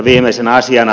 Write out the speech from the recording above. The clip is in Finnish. viimeisenä asiana